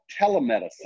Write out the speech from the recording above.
telemedicine